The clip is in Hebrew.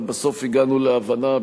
אבל בסוף הגענו להבנה,